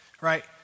Right